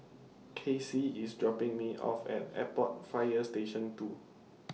Kacy IS dropping Me off At Airport Fire Station two